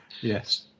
Yes